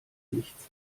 nichts